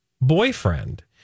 boyfriend